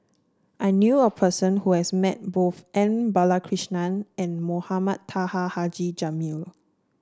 I knew a person who has met both M Balakrishnan and Mohamed Taha Haji Jamil